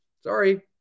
sorry